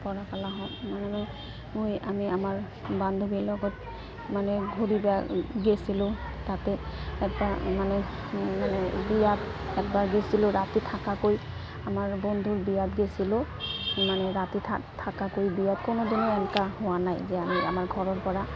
কৰা পালা হওঁক মানে মই আমি আমাৰ বান্ধৱীৰ লগত মানে ঘূৰিবা গেইছিলোঁ তাতে একবাৰ মানে মানে বিয়াত একবাৰ গৈছিলোঁ ৰাতি থাকাকৈ আমাৰ বন্ধুৰ বিয়াত গেইছিলোঁ মানে ৰাতি থাকাকৈ বিয়াত কোনো দিনেই এনকা হোৱা নাই যে আমি আমাৰ ঘৰৰ পৰা